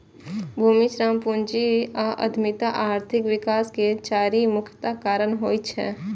भूमि, श्रम, पूंजी आ उद्यमिता आर्थिक विकास के चारि मुख्य कारक होइ छै